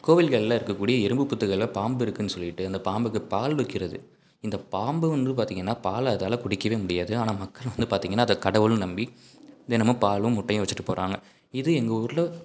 கோவில்களில் இருக்கக்கூடிய எறும்பு புத்துகளில் பாம்பு இருக்குனு சொல்லிவிட்டு அந்த பாம்புக்குப் பால் வைக்கிறது இந்த பாம்பு வந்து பார்த்திங்கன்னா பாலை அதால் குடிக்கவே முடியாது ஆனால் மக்கள் வந்து பார்த்திங்கன்னா அதை கடவுள்னு நம்பி தினமும் பாலும் முட்டையும் வச்சுட்டு போகிறாங்க இது எங்கள் ஊரில்